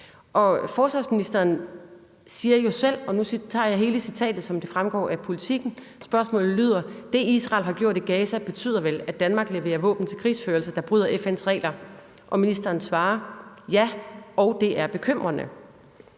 Forsvarsministeren siger jo selv noget om det, og nu tager jeg hele citatet, sådan som det fremgår af Politiken – spørgsmålet lyder: »Det, Israel har gjort i Gaza, betyder vel, at Danmark leverer våben til krigsførelse, der bryder FN’s regler?« Og ministeren svarer: »Ja, og det er bekymrende.